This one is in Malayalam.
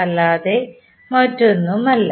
അല്ലാതെ മറ്റൊന്നുമല്ല